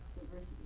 Diversity